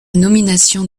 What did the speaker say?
nomination